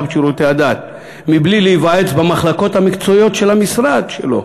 בשירותי הדת מבלי להיוועץ במחלקות המקצועיות של המשרד שלו,